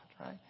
right